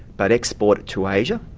but export it to asia.